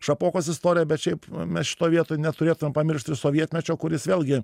šapokos istorija bet šiaip mes šitoj vietoj neturėtum pamiršt ir sovietmečio kuris vėlgi